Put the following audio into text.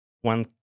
one